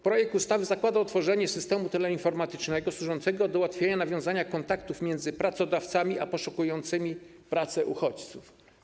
Projekt ustawy zakłada utworzenie systemu teleinformatycznego służącego do ułatwienia nawiązania kontaktów między pracodawcami a poszukującymi pracy uchodźcami.